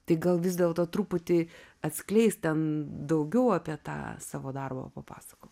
tai gal vis dėlto truputį atskleisk ten daugiau apie tą savo darbą papasakok